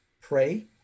Pray